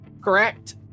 correct